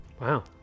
wow